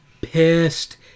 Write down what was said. pissed